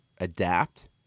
adapt